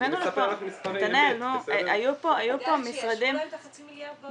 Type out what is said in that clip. בתנאי שיאשרו את החצי מיליארד,